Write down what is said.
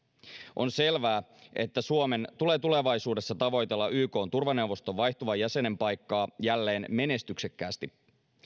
on selvää että suomen tulee tulevaisuudessa tavoitella ykn turvaneuvoston vaihtuvan jäsenen paikkaa jälleen menestyksekkäästi